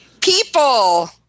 people